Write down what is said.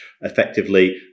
effectively